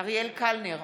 אריאל קלנר,